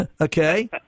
okay